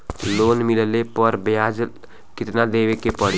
Loan मिलले पर ब्याज कितनादेवे के पड़ी?